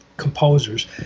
composers